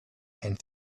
and